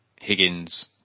Higgins